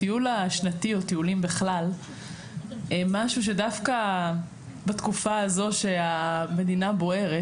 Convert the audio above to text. הטיול השנתי או טיולים בכלל הם משהו שדווקא בתקופה הזו שהמדינה בוערת,